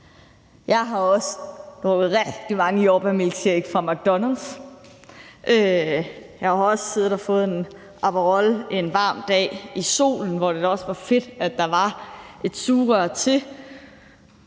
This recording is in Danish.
Jeg har også drukket rigtig mange jordbærmilkshakes fra McDonald's. Jeg har også siddet og fået en Aperol på en varm dag i solen, hvor det da også var fedt, at der var et sugerør til.